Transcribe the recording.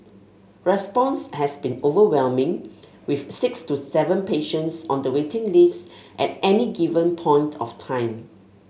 response has been overwhelming with six to seven patients on the waiting list at any given point of time